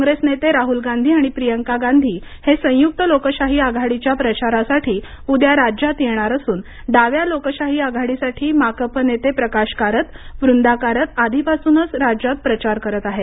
कॉग्रेस नेते राहुल गांधी आणि प्रियांका गांधी हे संयुक्त लोकशाही आघाडीच्या प्रचारासाठी उद्या राज्यात येणार असून डाव्या लोकशाही आघाडीसाठी माकप नेते प्रकाश कारत वृंदा कारत आधीपासूनच राज्यात प्रचार करत आहेत